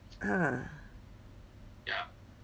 ha